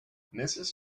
mrs